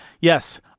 Yes